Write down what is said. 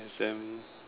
exam